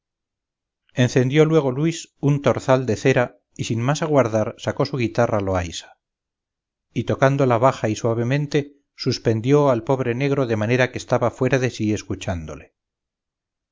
encendió luego luis un torzal de cera y sin más aguardar sacó su guitarra loaysa y tocándola baja y suavemente suspendió al pobre negro de manera que estaba fuera de sí escuchándole